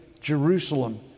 Jerusalem